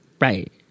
Right